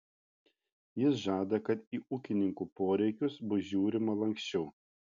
jis žada kad į ūkininkų poreikius bus žiūrima lanksčiau